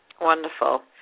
Wonderful